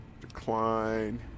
Decline